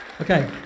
Okay